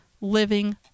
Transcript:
living